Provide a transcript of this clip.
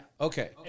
okay